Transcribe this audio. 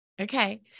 Okay